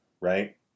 right